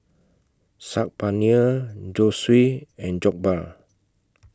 Saag Paneer Zosui and Jokbal